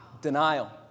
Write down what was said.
Denial